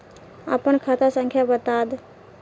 आपन खाता संख्या बताद